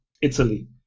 Italy